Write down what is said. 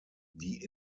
die